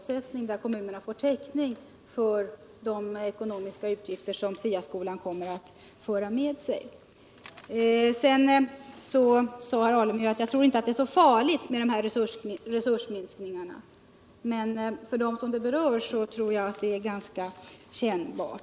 så att kommunerna får täckning för de ekonomiska utgifter som STA-skolan kommer att föra med sig. Vidare sade herr Alemyr att han inte trodde att det var så farligt med de här resursminskningarna. För dem de berör tror jag emellertid att de blir ganska kännbara.